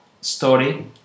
story